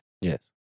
Yes